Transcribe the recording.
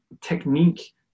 technique